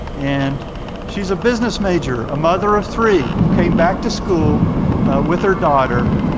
and she's a business major, a mother of three who came back to school with her daughter,